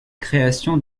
création